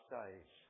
days